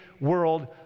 world